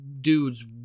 dude's